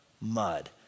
mud